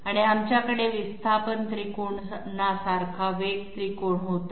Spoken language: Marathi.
आणि आमच्याकडे विस्थापन त्रिकोणासारखा वेग त्रिकोण होता